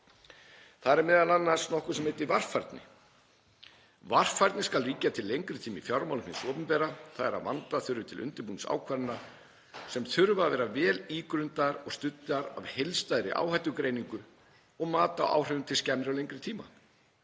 Þar er m.a. nokkuð sem heitir varfærni: „Varfærni skal ríkja til lengri tíma í fjármálum hins opinbera, þ.e. að vanda þurfi til undirbúnings ákvarðana sem þurfa að vera vel ígrundaðar og studdar af heildstæðri áhættugreiningu og mati á áhrifum til skemmri og lengri tíma.